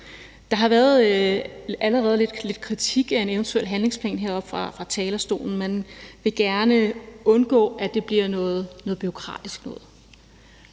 Der har allerede været lidt kritik af en eventuel handlingsplan heroppe fra talerstolen. Man vil gerne undgå, at det bliver noget bureaukratisk noget,